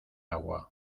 agua